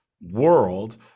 world